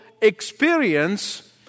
experience